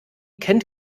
kennt